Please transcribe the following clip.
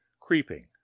creeping